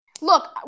Look